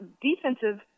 defensive –